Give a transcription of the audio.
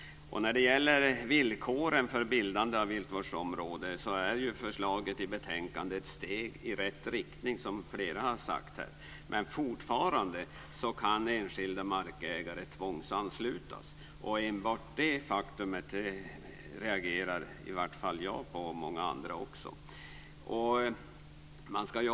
När det gäller villkoren för bildande av viltvårdsområde är förslaget i betänkandet ett steg i rätt riktning som flera här har sagt. Men fortfarande kan enskilda markägare tvångsanslutas. Enbart detta faktum reagerar i varje fall jag och många andra på.